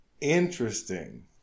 Interesting